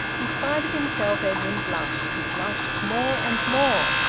in spite of himself, edwin blushed he blushed more and more.